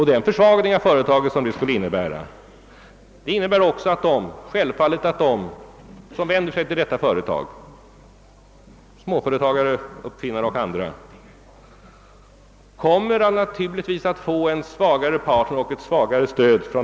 Den försvagning av företaget som detta förfaringssätt skulle innebära medför självfallet också att de som vänder sig till utvecklingsbolaget — småföretagare, uppfinnare och andra — skulle komma att få en svagare partner och ett svagare stöd.